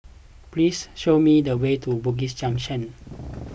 please show me the way to Bugis Junction